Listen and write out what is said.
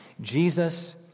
Jesus